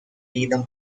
needham